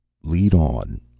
lead on,